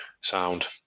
Sound